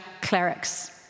clerics